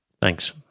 Thanks